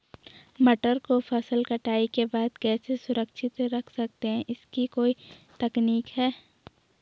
मटर को फसल कटाई के बाद कैसे सुरक्षित रख सकते हैं इसकी कोई तकनीक है?